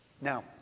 Now